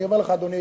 אני אומר לך, אדוני